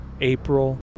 April